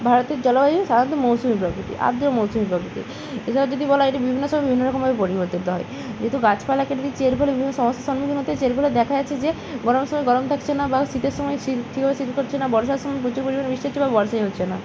ভারতের জলবায়ু সাধারণত মৌসুমি প্রকৃতির আর্দ্রীয় মৌসুমি প্রকৃতির এছাড়া যদি বলা হয় এটা বিভিন্ন সময়ে বিভিন্ন রকমভাবে পরিবর্তিত হয় যেহেতু গাছপালা কেটে দিচ্ছে এর ফলে বিভিন্ন সমস্যার সম্মুখীন হতে হচ্ছে এর ফলে দেখা যাচ্ছে যে গরমের সময় গরম থাকছে না বা শীতের সময় শীত দিয়েও শীত পড়ছে না বর্ষার সময় প্রচুর পরিমাণে বৃষ্টি হচ্ছে বা বর্ষাই হচ্ছে না